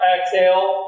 Exhale